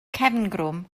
cefngrwm